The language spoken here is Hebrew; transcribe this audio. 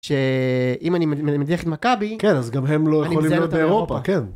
שאם אני מדליק את מכבי אז גם הם לא יכולים לדעת אירופה.